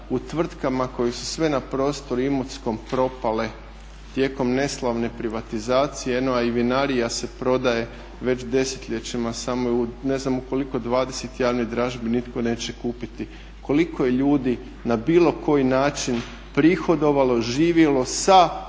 u tvrtkama koje su sve na prostoru Imotskog propale tijekom neslavne privatizacije, a i vinarija se prodaje već desetljećima, samo ne znam u koliko, 20 javnih dražbi nitko neće kupiti. Koliko je ljudi na bilo koji način prihodovalo, živjelo sa, od